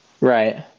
right